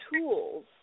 tools